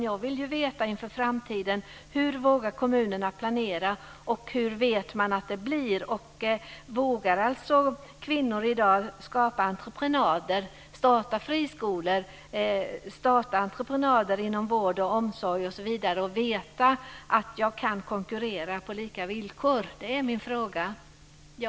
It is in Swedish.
Jag vill veta inför framtiden om kommunerna vågar planera och om kvinnor i dag vågar starta entreprenader inom vård och omsorg, starta friskolor osv. och veta att de kan konkurrera på lika villkor. Det är min fråga.